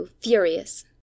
furious